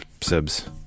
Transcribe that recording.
sibs